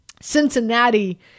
Cincinnati